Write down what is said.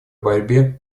борьбе